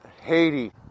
Haiti